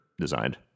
designed